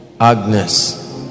Agnes